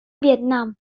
vietnam